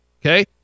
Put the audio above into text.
Okay